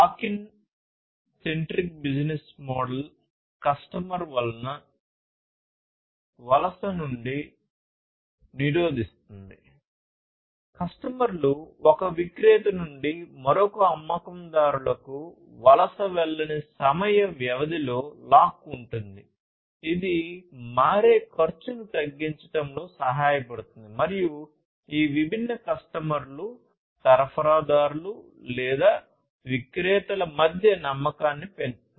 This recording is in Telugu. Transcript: lock in centric business model customer వలస మధ్య నమ్మకాన్ని పెంచుతుంది